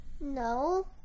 No